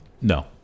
No